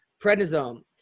prednisone